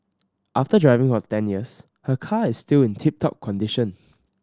after driving for ten years her car is still in tip top condition